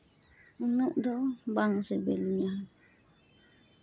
ᱩᱱᱟᱹᱜ ᱫᱚ ᱵᱟᱝ ᱥᱤᱵᱤᱞᱤᱧᱟᱹ